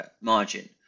margin